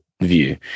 view